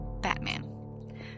Batman